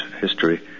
history